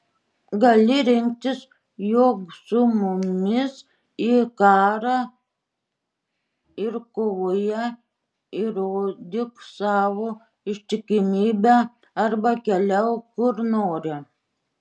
gali rinktis jok su mumis į karą ir kovoje įrodyk savo ištikimybę arba keliauk kur nori